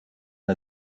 the